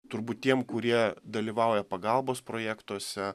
turbūt tiem kurie dalyvauja pagalbos projektuose